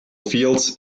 fields